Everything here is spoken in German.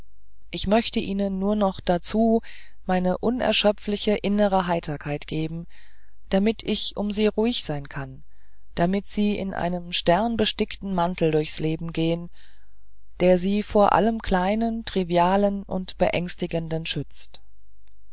ich möchte ihnen nur noch dazu meine unerschöpfliche innere heiterkeit geben damit ich um sie ruhig bin daß sie in einem sternbestickten mantel durchs leben gehen der sie vor allem kleinen trivialen und beängstigenden schützt